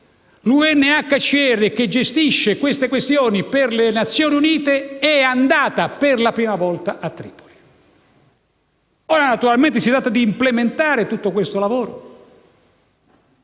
l'UNHCR, che gestisce dette questioni per le Nazioni Unite, è andata per la prima volta a Tripoli. Ora, naturalmente si tratta di implementare tutto questo lavoro.